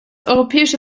europäische